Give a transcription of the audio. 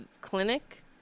clinic